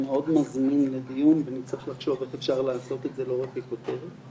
מזמין לדיון ונצטרך לחשוב איך אפשר לעשות את זה לא רק ככותרת.